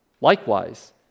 Likewise